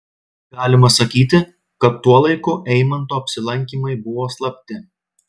galima sakyti kad tuo laiku eimanto apsilankymai buvo slapti